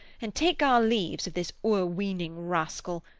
and take our leaves of this o'er-weening rascal,